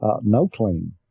no-clean